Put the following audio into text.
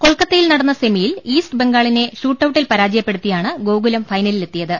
കൊൽക്കത്ത യിൽ നടന്ന സെമിയിൽ ഈസ്റ്റ് ബംഗാളിനെ ഷൂട്ടൌട്ടിൽ പരാജ യപ്പെടുത്തിയാണ് ഗോകുലം ഫൈനലിലെത്തിയത്